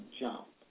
jump